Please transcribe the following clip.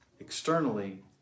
externally